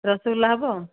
ରସଗୋଲା ହବ